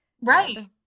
Right